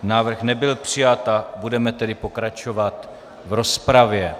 Návrh nebyl přijat, budeme tedy pokračovat v rozpravě.